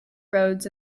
roads